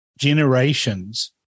generations